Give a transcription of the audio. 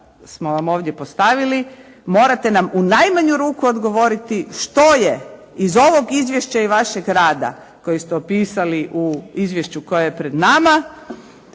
smo vam ovdje postavili. Morate nam u najmanju ruku odgovoriti što je što je iz ovog izvješća i vašeg rada kojeg ste opisali u izvješću koje je pred nama,